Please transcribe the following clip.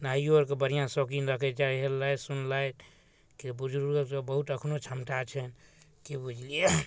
नहाइओ आओरके बढ़िआँ शौकीन रखै छथि हेललथि सुनलथि के बुजुर्गोसभके बहुत एखनहु क्षमता छनि कि बुझलिए